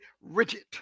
rigid